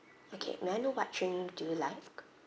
okay may I know what drink do you like